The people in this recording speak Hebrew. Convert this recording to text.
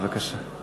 בבקשה.